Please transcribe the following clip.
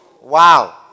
Wow